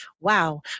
wow